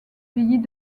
pays